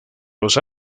los